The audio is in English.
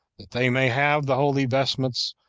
that they may have the holy vestments,